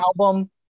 album